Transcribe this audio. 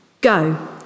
go